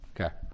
Okay